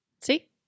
See